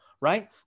right